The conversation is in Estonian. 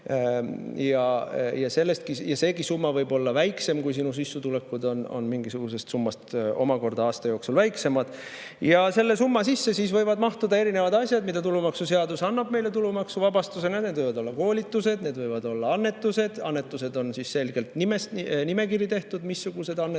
Ja seegi summa võib olla väiksem, kui sissetulekud on omakorda mingisugusest summast aasta jooksul väiksemad. Ja selle summa sisse võivad mahtuda erinevad asjad, mida tulumaksuseadus annab meile tulumaksuvabastusena. Need võivad olla koolitused, need võivad olla annetused. Nendest annetustest on selge nimekiri tehtud. Ja see tähendab